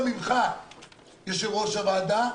יושב-ראש הוועדה,